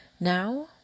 Now